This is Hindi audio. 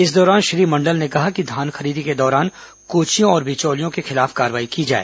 इस दौरान श्री मंडल ने कहा कि धान खरीदी के दौरान कोचियों और बिचौलियों के खिलाफ कार्रवाई की जाए